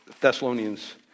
Thessalonians